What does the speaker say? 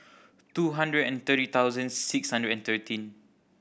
two hundred and thirty thousands six hundred and thirteen